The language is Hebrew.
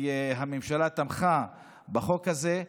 והממשלה תמכה בחוק הזה,